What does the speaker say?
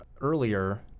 earlier